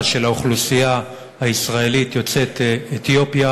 של האוכלוסייה הישראלית יוצאת אתיופיה,